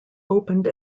opened